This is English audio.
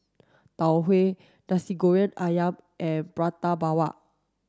tau huay nasi goreng ayam and prata bawang